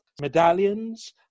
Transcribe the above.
medallions